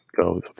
go